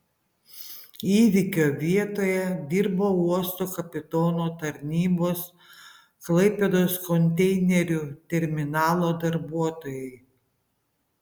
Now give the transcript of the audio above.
įvykio vietoje dirbo uosto kapitono tarnybos klaipėdos konteinerių terminalo darbuotojai